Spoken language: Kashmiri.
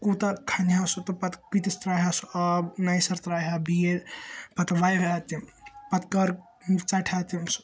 کوتاہ کھنہِ ہا سُہ تہٕ پَتہ کۭتِس ترایہِ ہا سُہ آب نیہِ سَر تَرایہِ ہا بِیلۍ پَتہ وَیہِ ہا تمہِ پَتہٕ کَر ژَٹہِ ہا تِم سُہ